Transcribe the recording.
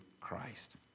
Christ